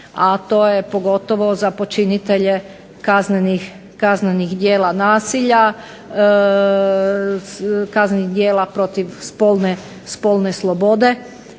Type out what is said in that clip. a to je pogotovo za počinitelje kaznenih djela nasilja, kaznenih djela protiv spolne slobode.